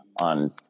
on